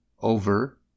over